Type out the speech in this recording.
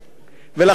ולכן,